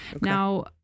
now